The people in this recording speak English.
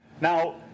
Now